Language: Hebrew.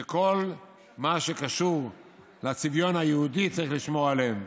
שכל מה שקשור לצביון היהודי צריך לשמור עליו,